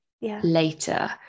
later